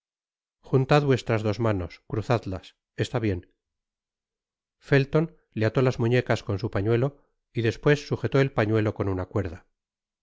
juntad vuestras dos manos cruzadlas está bien felton le ató las muñecas con su pañuelo y despues sujetó el pañuelo con uda cuerda